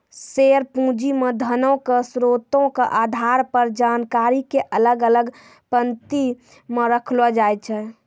share पूंजी मे धनो के स्रोतो के आधार पर जानकारी के अलग अलग पंक्ति मे रखलो जाय छै